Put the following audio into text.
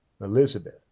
Elizabeth